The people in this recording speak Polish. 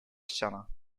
ściana